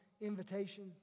invitation